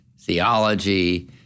theology